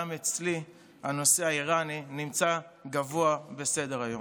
גם אצלי הנושא האיראני נמצא גבוה בסדר-היום.